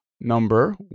number